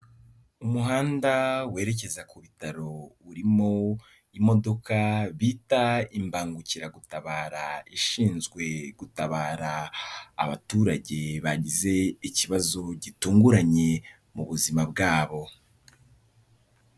Umuhanda werekeza ku bitaro urimo imodoka bita imbangukiragutabara, ishinzwe gutabara abaturage bagize ikibazo gitunguranye mu buzima bwabo.